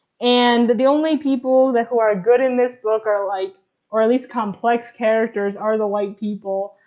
and the only people that who are good in this book are like or at least complex characters are the white people.